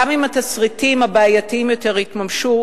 אם התסריטים הבעייתיים יותר יתממשו,